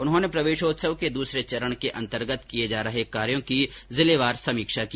उन्होंने प्रवेशोत्सव के दूसरे चरण के अंतर्गत किए जा रहे कार्यों की जिलेवार समीक्षा की